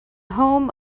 home